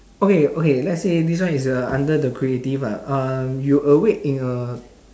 okay okay let's say this one is uh under the creative lah uh you awake in a